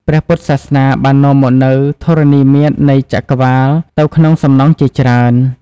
ព្រះពុទ្ធសាសនា បាននាំមកនូវធរណីមាត្រនៃ ចក្រវាឡទៅក្នុងសំណង់ជាច្រើន។